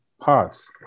parts